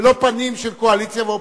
ולא פנים של קואליציה ואופוזיציה,